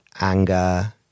anger